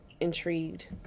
intrigued